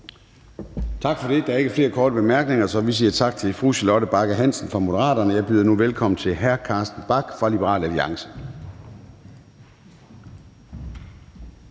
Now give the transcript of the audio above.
Tak for det. Der er ikke flere korte bemærkninger, så vi siger tak til fru Charlotte Bagge Hansen fra Moderaterne. Jeg byder nu velkommen til hr. Carsten Bach fra Liberal Alliance.